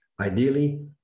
ideally